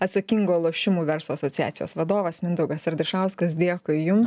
atsakingo lošimų verslo asociacijos vadovas mindaugas ardišauskas dėkui jums